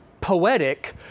poetic